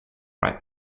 right